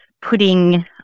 putting